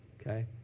okay